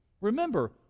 Remember